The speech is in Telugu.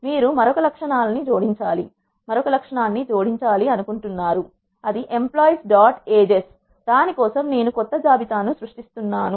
మీరు మరొక లక్షణాన్ని జోడించాలి అనుకుంటున్నారు అది ఎంప్లాయిస్ డాట్ ఏజస్ దాని కోసం నేను కొత్త జాబితా ను సృష్టిస్తున్నాను